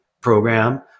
program